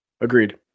Agreed